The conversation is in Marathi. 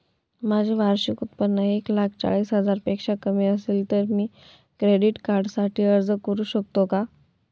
माझे वार्षिक उत्त्पन्न एक लाख चाळीस हजार पेक्षा कमी असेल तर मी क्रेडिट कार्डसाठी अर्ज करु शकतो का?